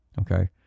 okay